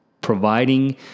providing